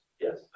Yes